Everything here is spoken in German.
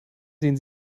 sehen